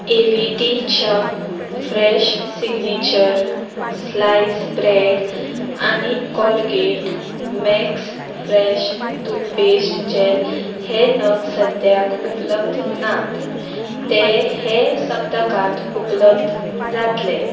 ए V T च्या fresh signature slice bread आनी Colgate max fresh toothpaste gel हे नग सद्याक उपलब्ध नात ते हे सप्तकांत उपलब्ध जातले